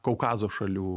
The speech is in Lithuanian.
kaukazo šalių